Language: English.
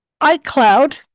iCloud